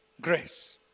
grace